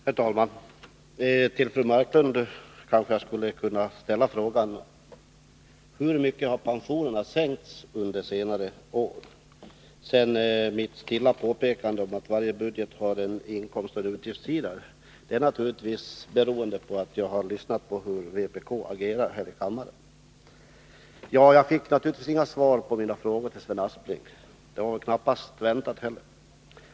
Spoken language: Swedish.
Herr talman! Till fru Marklund kanske jag skulle kunna ställa frågan: Hur mycket har pensionerna sänkts under senare år? Sedan: Mitt stilla påpekande om att varje budget har en inkomstsoch en utgiftssida beror naturligtvis på att jag har följt hur vpk agerar här i kammaren. Jag fick givetvis inget svar på mina frågor till Sven Aspling. Det var knappast väntat heller.